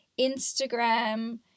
Instagram